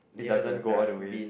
near the dustbin